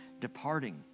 departing